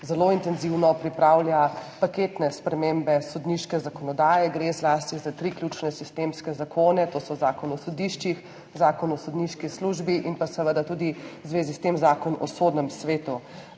zelo intenzivno pripravlja paketne spremembe sodniške zakonodaje. Gre zlasti za tri ključne sistemske zakone, to so Zakon o sodiščih, Zakon o sodniški službi in pa seveda tudi v zvezi z Zakonom o sodnem svetu.